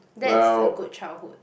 that's a good childhood